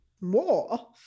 more